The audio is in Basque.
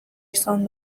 izan